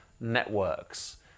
networks